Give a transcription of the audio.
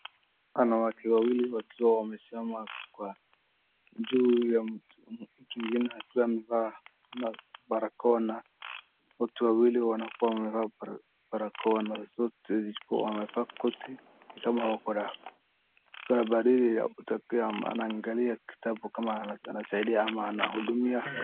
Wanawake wawili wakiwa wamesimama kwa juu ya mtu mwingine akiwa amevaa barakoa, na wote wawili wanakuwa wamevaa barakoa na zote, wakiwa wamevaa koti. Ni kama wako na, iko na baridi imetokea maana anaangalia kitabu kama anasaidia ama anahudumia.